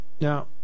Now